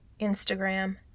Instagram